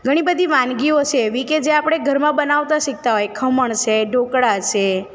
ઘણી બધી વાનગીઓ છે એવી કે જે આપણે ઘરમાં બનાવતાં શીખતાં હોય ખમણ છે ઢોકળા છે